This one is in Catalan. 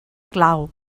clau